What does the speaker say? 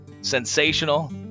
sensational